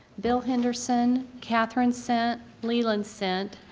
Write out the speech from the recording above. bill henderson, kathryn sindt, leland sindt,